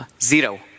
zero